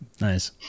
Nice